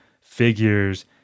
figures